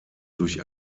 durch